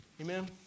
Amen